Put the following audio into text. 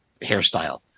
hairstyle